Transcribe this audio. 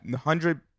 hundred